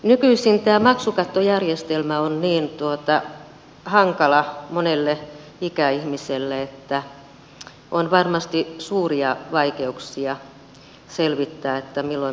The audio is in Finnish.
nykyisin tämä maksukattojärjestelmä on niin hankala monelle ikäihmiselle että on varmasti suuria vaikeuksia selvittää milloin maksukatto ylittyy